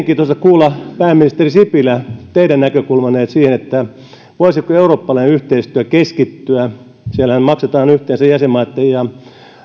olisi mielenkiintoista kuulla pääministeri sipilä teidän näkökulmanne siihen voisiko eurooppalainen yhteistyö keskittyä siellähän käytetään kehitysapuun yhteensä jäsenmaitten ja